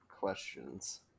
questions